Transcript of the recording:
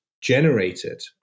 generated